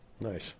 Nice